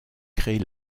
crée